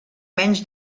menys